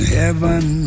heaven